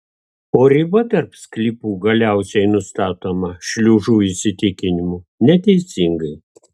o riba tarp sklypų galiausiai nustatoma šliužų įsitikinimu neteisingai